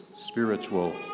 spiritual